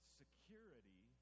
security